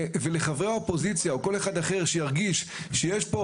חבר אופוזיציה או כל אחד אחר שירגיש שיש כאן